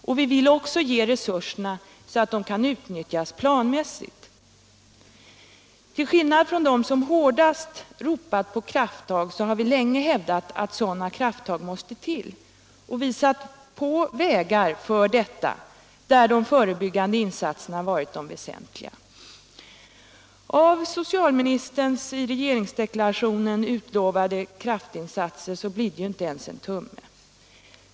Och vi vill också ge resurserna så att de kan utnyttjas planmässigt. Till skillnad från dem som hårdast ropat på krafttag har vi länge hävdat att sådana krafttag måste till och visat på vägar för detta, där de förebyggande insatserna varit de väsentliga. Av socialministerns i rege ringsdeklarationen utlovade kraftinsatser bidde det inte ens en tumme.